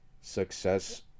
success